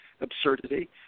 absurdity